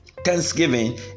thanksgiving